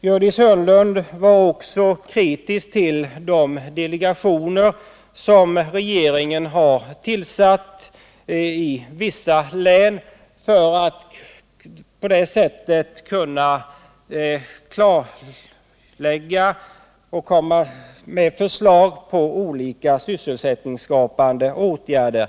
Gördis Hörnlund var också kritisk till de delegationer som regeringen har tillsatt i vissa län för att de skall kartlägga och komma med förslag till olika sysselsättningsskapande åtgärder.